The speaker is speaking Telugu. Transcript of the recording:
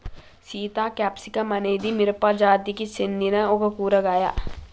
సీత క్యాప్సికం అనేది మిరపజాతికి సెందిన ఒక కూరగాయ